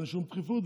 אין שום דחיפות,